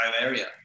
area